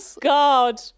god